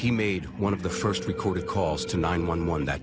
he made one of the first recorded calls to nine one one that